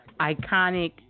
iconic